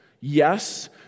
yes